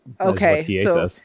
okay